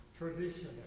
Tradition